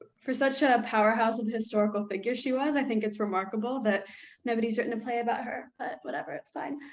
for such a powerhouse of a historical figure she was, i think it's remarkable that nobody's written to play about her, but whatever, it's fine.